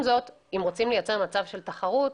עם זאת, אם רוצים לייצר מצב של תחרות,